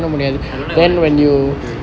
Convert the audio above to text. I don't like orientation